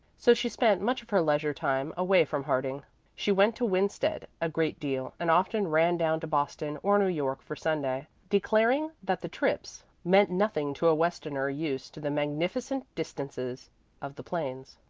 so she spent much of her leisure time away from harding she went to winsted a great deal, and often ran down to boston or new york for sunday, declaring that the trips meant nothing to a westerner used to the magnificent distances of the plains.